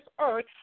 earth